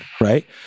right